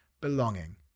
Belonging